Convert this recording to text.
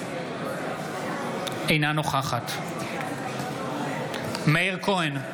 אינה נוכחת מאיר כהן,